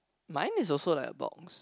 mine is also like a box